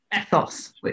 ethos